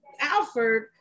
Alfred